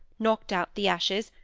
knocked out the ashes,